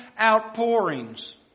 outpourings